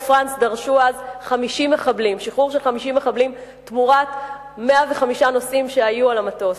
פראנס" דרשו אז שחרור של 50 מחבלים תמורת 105 נוסעים שהיו על המטוס,